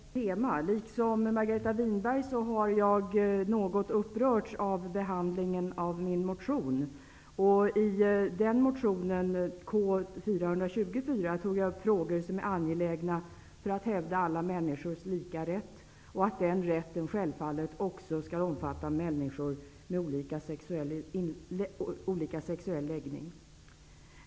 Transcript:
Herr talman! Det här blir variationer på ett tema. Liksom Margareta Winberg har jag upprörts av behandlingen av min motion. I min motion K424 tog jag upp frågor som är angelägna för att hävda alla människors lika rätt och att den rätten självfallet också skall omfatta människor med olika sexuell läggning.